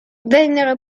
vennero